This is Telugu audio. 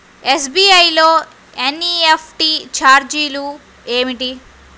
ఎస్.బీ.ఐ లో ఎన్.ఈ.ఎఫ్.టీ ఛార్జీలు ఏమిటి?